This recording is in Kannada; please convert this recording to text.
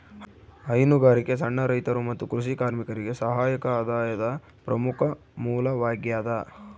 ಹೈನುಗಾರಿಕೆ ಸಣ್ಣ ರೈತರು ಮತ್ತು ಕೃಷಿ ಕಾರ್ಮಿಕರಿಗೆ ಸಹಾಯಕ ಆದಾಯದ ಪ್ರಮುಖ ಮೂಲವಾಗ್ಯದ